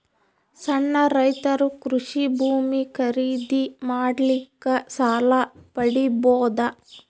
ಸಣ್ಣ ರೈತರು ಕೃಷಿ ಭೂಮಿ ಖರೀದಿ ಮಾಡ್ಲಿಕ್ಕ ಸಾಲ ಪಡಿಬೋದ?